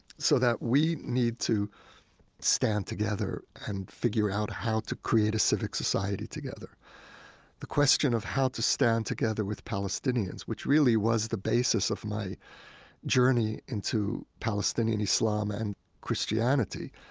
so that we need to stand together and figure out how to create a civic society together the question of how to stand together with palestinians, which really was the basis of my journey into palestinian islam and christianity,